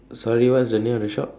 sorry what's the name of the shop